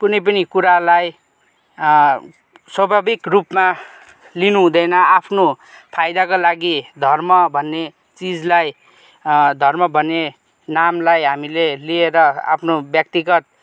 कुनै पनि कुरालाई स्वभाविक रूपमा लिनु हुँदैन आफ्नो फाइदाको लागि धर्म भन्ने चिजलाई धर्म भन्ने नामलाई हामीले लिएर आफ्नो व्यक्तिगत